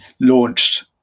launched